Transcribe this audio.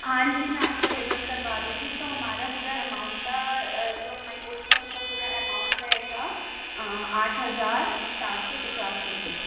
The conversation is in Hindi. हाँ जी मैं आपको अव्लेवल करवा दूँगी तो हमारा पूरा ऐमाउंट का जो हमारी बुक्स हैं उसका पूरा अमाउंट रहेगा आठ हजार सात सौ पचास रुपये